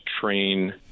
train